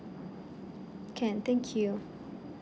can thank you